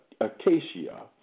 Acacia